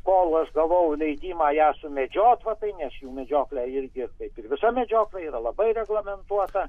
kol aš gavau leidimą ją sumedžiot va tai nes jų medžioklė irgi kaip ir visa medžioklė yra labai reglamentuota